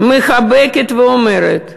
מחבקת ואומרת: